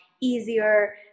easier